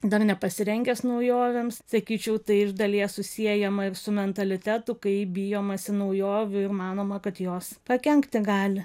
dar nepasirengęs naujovėms sakyčiau tai iš dalies susiejama ir su mentalitetu kai bijomasi naujovių manoma kad jos pakenkti gali